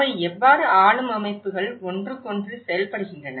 அவை எவ்வாறு ஆளும் அமைப்புகள் ஒன்றுக்கொன்று செயல்படுகின்றன